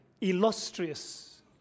illustrious